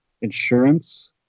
insurance